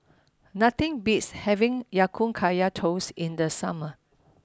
nothing beats having Ya Kun Kaya Toast in the summer